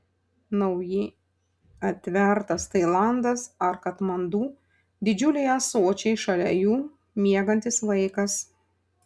naujai atvertas tailandas ar katmandu didžiuliai ąsočiai šalia jų miegantis vaikas